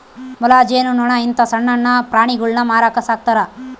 ಮೊಲ, ಜೇನು ನೊಣ ಇಂತ ಸಣ್ಣಣ್ಣ ಪ್ರಾಣಿಗುಳ್ನ ಮಾರಕ ಸಾಕ್ತರಾ